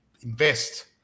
invest